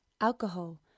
alcohol